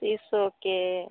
शीशोके